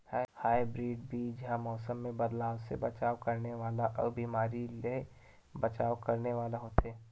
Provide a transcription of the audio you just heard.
hybrid बीज हा मौसम मे बदलाव से बचाव करने वाला अउ बीमारी से बचाव करने वाला होथे